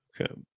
okay